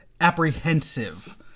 apprehensive